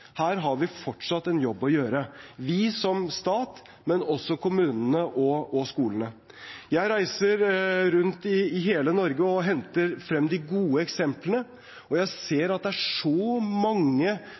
Her har vi fortsatt en jobb å gjøre, vi som stat, men også kommunene og skolene. Jeg reiser rundt i hele Norge og henter frem de gode eksemplene, og jeg